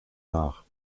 nach